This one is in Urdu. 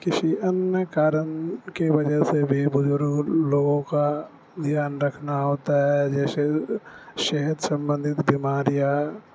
کسی انیہ کارن کے وجہ سے بھی بزرگ لوگوں کا دھیان رکھنا ہوتا ہے جیشے سحت سمبندھت بیماریاں